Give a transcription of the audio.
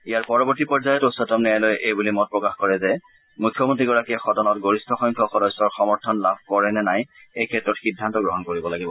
ইয়াৰ পৰৱৰ্তী পৰ্যায়ত উচ্চতম ন্যায়ালয়ে এই বুলি মত প্ৰকাশ কৰে যে মুখ্যমন্ত্ৰীগৰাকীয়ে সদনত গৰিষ্ঠ সংখ্যক সদস্যৰ সমৰ্থন লাভ কৰে নে নাই এইক্ষেত্ৰত সিদ্ধান্ত গ্ৰহণ কৰিব লাগিব